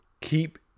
Keep